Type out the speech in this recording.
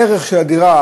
הערך של הדירה,